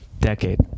Decade